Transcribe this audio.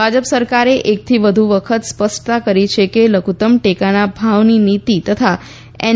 ભાજપ સરકારે એકથી વધુ વખત સ્પષ્ટતા કરી છે કે લધુત્તમ ટેકાના ભાવની નીતિ તથા એન